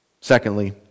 Secondly